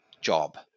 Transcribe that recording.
job